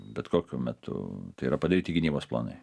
bet kokiu metu yra padaryti gynybos planai